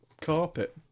carpet